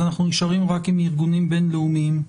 אנחנו נשארים רק עם ארגונים בין-לאומיים.